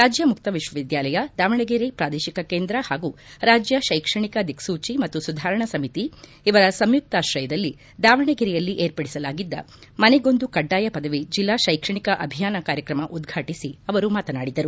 ರಾಜ್ಯ ಮುಕ್ತ ವಿಶ್ವವಿದ್ಯಾಲಯ ದಾವಣಗೆರೆ ಪ್ರಾದೇಶಿಕ ಕೇಂದ್ರ ಹಾಗೂ ರಾಜ್ಯ ಶೈಕ್ಷಣಿಕ ದಿಕ್ಕೂಚಿ ಮತ್ತು ಸುಧಾರಣಾ ಸಮಿತಿ ಇವರ ಸಂಯುಕ್ತಾಶ್ರಯದಲ್ಲಿ ದಾವಣಗೆರೆಯಲ್ಲಿ ಏರ್ಪಡಿಸಲಾಗಿದ್ದ ಮನೆಗೊಂದು ಕಡ್ಡಾಯ ಪದವಿ ಜೆಲ್ಲಾ ಶೈಕ್ಷಣಿಕ ಅಭಿಯಾನ ಕಾರ್ಯಕ್ರಮ ಉದ್ವಾಟಿಸಿ ಅವರು ಮಾತನಾಡಿದರು